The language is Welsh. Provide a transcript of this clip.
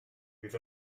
bydd